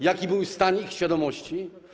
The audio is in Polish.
Jaki był stan ich świadomości?